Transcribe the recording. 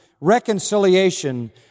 reconciliation